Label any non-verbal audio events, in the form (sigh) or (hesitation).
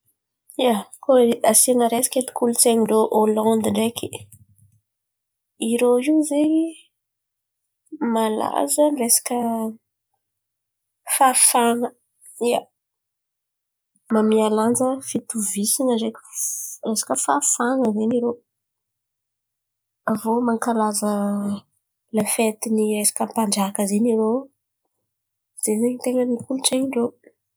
Ia, koa asian̈a resaka eto kolontsain̈y ndrô Hôlandy ndraiky. Irô in̈y zen̈y malaza resaka fahafahan̈a, ia, man̈amia lanja fitovizan̈a ndreky (hesitation) resaka fahafahana zen̈y irô. Avô mankalaza lafety ny resaka ampanjaka zen̈y irô zen̈y ten̈a ny kolontsain̈y ndrô.